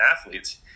athletes